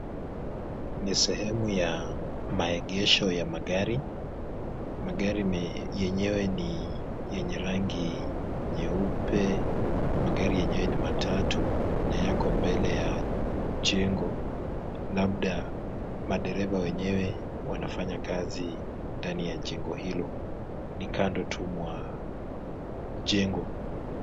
Ni sehemu ya maegesho ya magari, magari yenyewe nii yenye rangi nyeupe, magari yenyewe ni matatu na yako mbele ya jengo, labda madereva wenyewe wanafanya kazi ndani ya jengo hilo, ni kando tu mwa jengo.